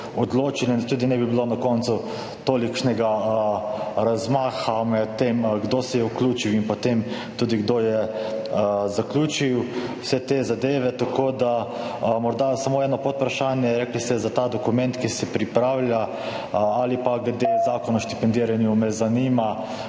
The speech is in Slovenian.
da tudi ne bi bilo na koncu tolikšnega razkoraka med tem, kdo se je vključil in potem tudi kdo je zaključil vse te zadeve. Morda samo eno podvprašanje o tem dokumentu, ki se pripravlja, ali pa glede Zakona o štipendiranju. Zanima